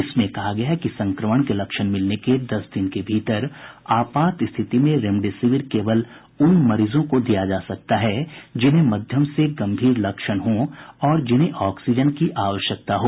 इसमें कहा गया है कि संक्रमण के लक्षण मिलने के दस दिन के भीतर आपात स्थिति में रेमडेसिविर केवल उन मरीजों को दिया जा सकता है जिन्हें मध्यम से गंभीर लक्षण हों और जिन्हें ऑक्सीजन की आवश्यकता हो